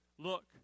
Look